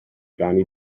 rannu